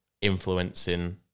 influencing